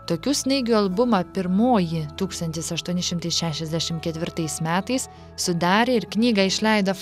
tokių snaigių albumą pirmoji tūkstantis aštuoni šimtai šešiasdešim ketvirtais metais sudarė ir knygą išleido